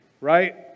right